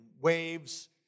waves